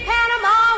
Panama